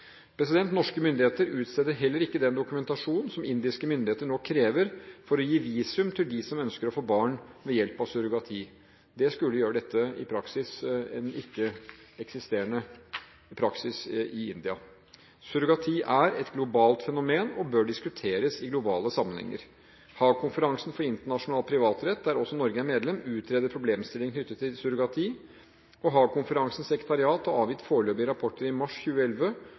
Norske myndigheter utsteder heller ikke den dokumentasjon som indiske myndigheter nå krever for å gi visum til dem som ønsker å få barn ved hjelp av surrogati. Det skulle – i praksis – gjøre dette til en ikke-eksisterende praksis i India. Surrogati er et globalt fenomen og bør diskuteres i globale sammenhenger. Haag-konferansen for internasjonal privatrett, der også Norge er medlem, utreder problemstillinger knyttet til surrogati. Haag-konferansens sekretariat har avgitt foreløpige rapporter i mars 2011